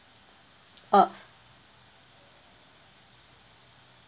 uh